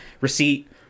receipt